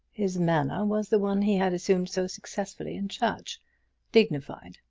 his manner was the one he had assumed so successfully in church dignified,